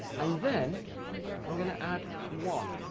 and then i'm going to add one.